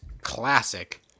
classic